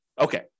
okay